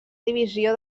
divisió